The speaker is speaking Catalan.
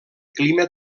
clima